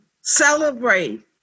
celebrate